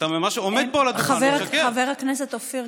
כדי לאפשר להם להתקין את זה במהלך החודשיים.